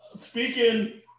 Speaking